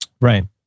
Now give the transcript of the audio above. right